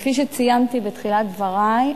כפי שציינתי בתחילת דברי,